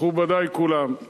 מכובדי כולם,